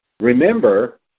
Remember